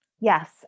Yes